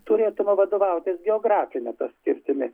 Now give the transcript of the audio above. turėtume vadovautis geografine ta skirtimi